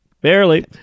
Barely